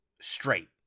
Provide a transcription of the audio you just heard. straight